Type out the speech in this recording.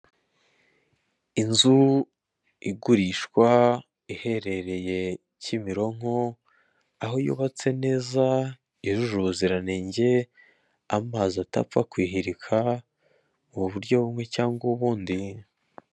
Inzu igurishwa iherereye Kimironko, aho yubatse neza yujuje ubuziranenge, amazi adapfa kuyihirika mu buryo bumwe cyangwa ubundi.